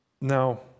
Now